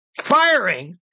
firing